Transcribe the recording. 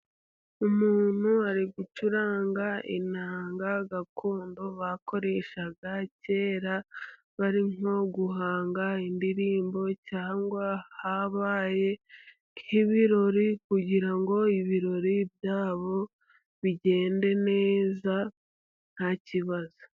Umuntu ari gucuranga inanga gakondo bakoreshaga kera barimo guhanga indirimbo, cyangwa habaye nk'ibirori, kugira ngo ibirori byabo bigende neza nta kibazo.